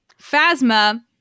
Phasma